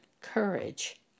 courage